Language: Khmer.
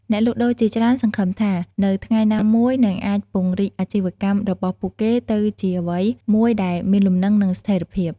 អ្នកលក់ដូរជាច្រើនសង្ឃឹមថា នៅថ្ងៃណាមួយនឹងអាចពង្រីកអាជីវកម្មរបស់ពួកគេទៅជាអ្វីមួយដែលមានលំនឹង និងស្ថេរភាព។